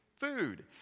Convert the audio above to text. Food